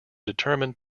determine